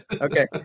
Okay